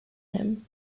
him